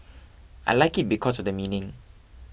I like it because of the meaning